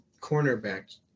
cornerback